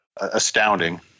Astounding